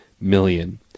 million